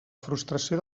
frustració